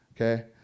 Okay